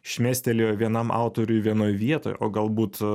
šmėstelėjo vienam autoriui vienoj vietoj o galbūt